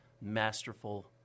masterful